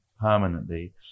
permanently